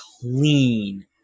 clean